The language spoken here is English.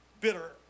bitter